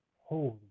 holy